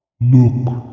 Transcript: Look